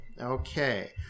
Okay